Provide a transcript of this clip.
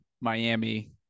Miami